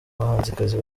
bahanzikazi